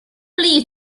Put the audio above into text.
believe